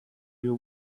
you